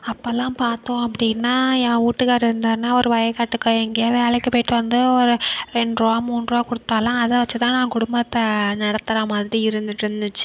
அப்பலாம் பார்த்தோம் அப்படின்னா ஏன் வீட்டுக்காரர் இருந்தார்னால் ஒரு வயக்காட்டுக்கோ எங்கேயோ வேலைக்கு போய்ட்டு வந்து ஒரு ரெண்டுரூபா மூன்றுரூபா கொடுத்தால்லாம் அதை வச்சு தான் நான் குடும்பத்தை நடத்துகிற மாதிரி இருந்துகிட்டு இருந்துச்சு